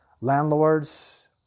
Landlords